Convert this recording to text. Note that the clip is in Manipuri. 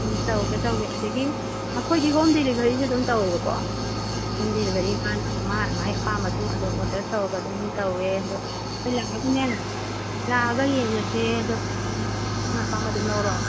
ꯎꯝ ꯇꯧꯒꯦ ꯇꯧꯒꯦ ꯑꯗꯨꯗꯒꯤ ꯑꯩꯈꯣꯏꯗꯤ ꯍꯣꯝ ꯗꯦꯂꯤꯕꯔꯤꯁꯨ ꯑꯗꯨꯝ ꯇꯧꯏꯕꯀꯣ ꯍꯣꯝ ꯗꯦꯂꯤꯕꯔꯤ ꯃꯥꯅ ꯃꯥꯏ ꯃꯥꯏ ꯑꯄꯥꯝꯕꯁꯨꯝ ꯑꯗꯣ ꯑꯣꯗꯔ ꯇꯧꯔꯒ ꯑꯗꯨꯝ ꯇꯧꯏ ꯑꯗꯣ ꯂꯥꯛꯑꯒꯅꯦ ꯂꯥꯛꯑꯒ ꯌꯦꯡꯉꯁꯦ ꯑꯗꯣ ꯅꯪ ꯑꯄꯥꯝꯕ ꯑꯗꯨꯝ ꯂꯧꯔꯣ